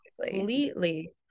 Completely